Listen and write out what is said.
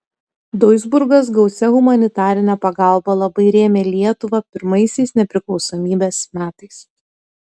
duisburgas gausia humanitarine pagalba labai rėmė lietuvą pirmaisiais nepriklausomybės metais